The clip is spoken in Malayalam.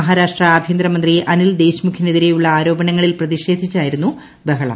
മഹാരാഷ്ട്ര ആഭ്യന്തരമന്ത്രി അനിൽ ദേശ്മുഖിനെതിരെയുള്ള ആരോപണങ്ങളിൽ പ്രതിഷേധിച്ചായിരുന്നു ബഹളം